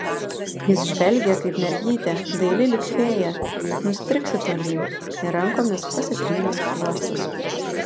jis žvelgė kaip mergytė daili lyg fėja nustriksi tolyn ir rankomis pasitrynė skruostus